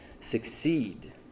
succeed